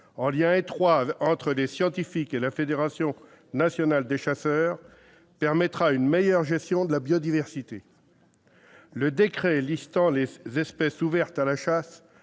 en lien étroit entre les scientifiques et la Fédération nationale des chasseurs, permettra une meilleure gestion de la biodiversité. Le décret listant les espèces ouvertes à la chasse